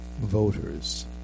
voters